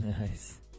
Nice